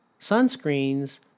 Sunscreens